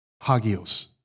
Hagios